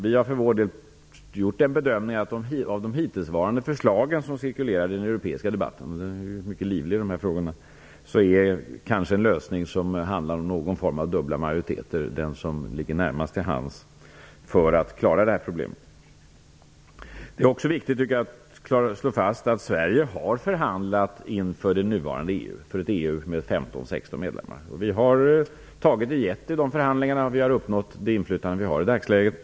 Vi har för vår del gjort bedömningen att av de hittillsvarande förslag som cirkulerar i den europeiska debatten, vilken är mycket livlig i dessa frågor, är det kanske en lösning som handlar om någon form av dubbla majoriteter som ligger närmast till hands för att klara det här problemet. Jag tycker också att det är viktigt att slå fast att Sverige har förhandlat inför det nuvarande EU, ett EU med 15-16 medlemmar. Vi har både tagit och gett i de förhandlingarna, och vi har uppnått det inflytande som vi i dagsläget har.